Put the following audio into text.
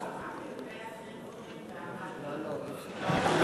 רק לגבי הסנסורים,